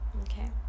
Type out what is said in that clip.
Okay